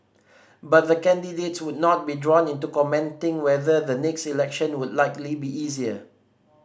but the candidates would not be drawn into commenting whether the next election would likely be easier